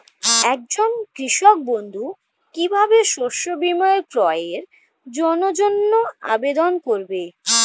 একজন কৃষক বন্ধু কিভাবে শস্য বীমার ক্রয়ের জন্যজন্য আবেদন করবে?